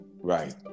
Right